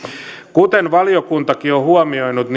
kuten valiokuntakin on on huomioinut